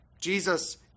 Jesus